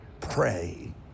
Pray